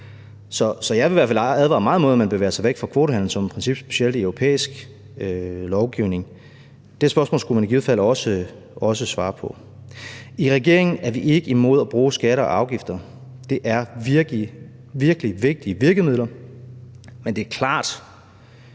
Så jeg må i hvert fald advare meget imod, at man bevæger sig væk fra kvotehandel som et princip, specielt i europæisk lovgivning. Det spørgsmål skulle man i givet fald også svare på. I regeringen er vi ikke imod at bruge skatter og afgifter. Det er virkelig, virkelig vigtige virkemidler, men det er klart,